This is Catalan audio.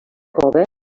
cova